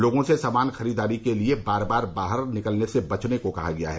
लोगों से सामान की खरीददारी के लिए बार बार बाहर निकलने से बचने को कहा गया है